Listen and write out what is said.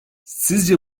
sizce